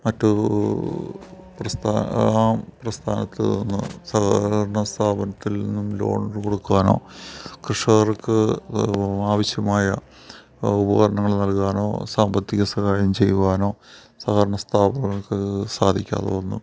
മറ്റ് പ്രസ്ഥാനത്തിൽ നിന്ന് സഹകരണ സ്ഥാപനത്തിൽ നിന്നും ലോൺ കൊടുക്കുവാനോ കർഷകർക്ക് ആവശ്യമായ ഉപകരണങ്ങൾ നല്കുവാനോ സാമ്പത്തിക സഹായം ചെയ്യുവാനോ സഹകരണ സ്ഥാപങ്ങൾക്ക് സാധിക്കാതെ വന്നു